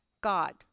God